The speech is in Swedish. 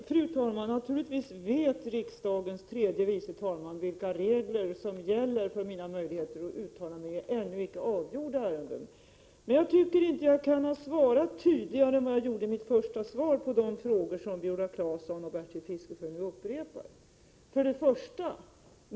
Fru talman! Naturligtvis känner riksdagens tredje vice talman till vilka regler som gäller för mina möjligheter att uttala mig i ännu inte avgjorda ärenden. Jag tycker inte att jag kunde ha svarat tydligare än vad jag har gjort i mitt ursprungliga svar på de frågor som Viola Claesson och Bertil Fiskesjö nu upprepar. 1.